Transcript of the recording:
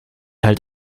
halt